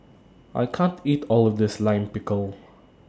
I can't eat All of This Lime Pickle